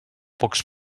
pocs